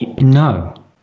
No